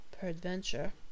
peradventure